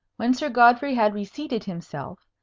when sir godfrey had reseated himself,